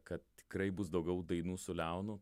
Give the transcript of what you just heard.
kad tikrai bus daugiau dainų su leonu